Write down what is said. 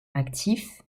actif